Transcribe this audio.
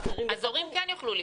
אז ההורים כן יוכלו להיכנס.